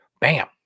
Bam